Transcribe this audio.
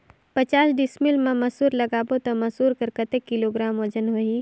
पचास डिसमिल मा मसुर लगाबो ता मसुर कर कतेक किलोग्राम वजन होही?